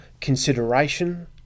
consideration